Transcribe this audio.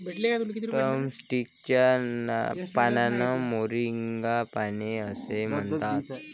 drumstick च्या पानांना moringa पाने असेही म्हणतात